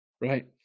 right